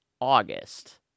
August